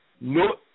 No